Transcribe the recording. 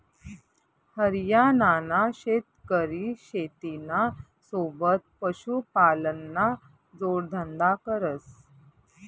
हरियाणाना शेतकरी शेतीना सोबत पशुपालनना जोडधंदा करस